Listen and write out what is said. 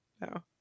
No